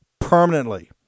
permanently